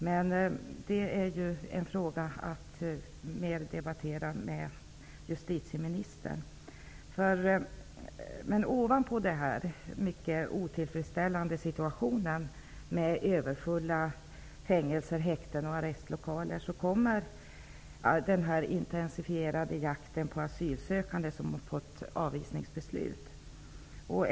Men den frågan skall mer debatteras med justitieministern. Utöver denna mycket otillfredsställande situation med överfulla fängelser, häkten och arrestlokaler kommer den intensifierade jakten på asylsökande som fått avvisningsbeslut.